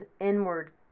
inward